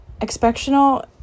exceptional